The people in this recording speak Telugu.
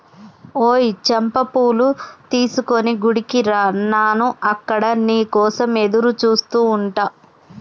ఓయ్ చంపా పూలు తీసుకొని గుడికి రా నాను అక్కడ నీ కోసం ఎదురుచూస్తు ఉంటా